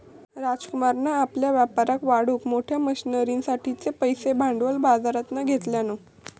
राजकुमारान आपल्या व्यापाराक वाढवूक मोठ्या मशनरींसाठिचे पैशे भांडवल बाजरातना घेतल्यान